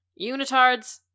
Unitards